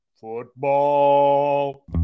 Football